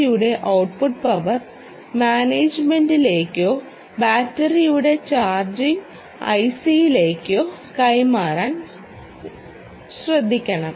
ജിയുടെ output power മാനേജുമെന്റിലേക്കോ ബാറ്ററിയുടെ ചാർജിംഗ് ഐസിയിലേക്കോ കൈമാറാൻ ശ്രദ്ധിക്കണം